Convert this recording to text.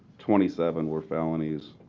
twenty seven were felonies,